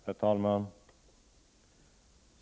Herr talman!